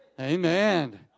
Amen